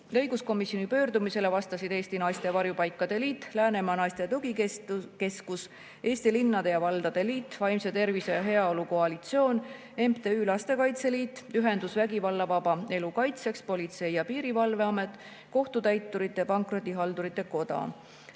Õiguskomisjoni pöördumisele vastasid Eesti Naiste Varjupaikade Liit, Läänemaa Naiste Tugikeskus, Eesti Linnade ja Valdade Liit, Vaimse Tervise ja Heaolu Koalitsioon, MTÜ Lastekaitse Liit, Ühendus Vägivallavaba Elu Kaitseks, Politsei- ja Piirivalveamet, Kohtutäiturite ja Pankrotihaldurite Koda.